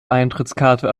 eintrittskarte